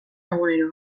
egunero